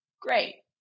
Great